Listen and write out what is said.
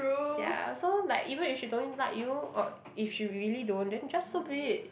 ya so like even if she don't like you or if she really don't then just so be it